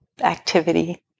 activity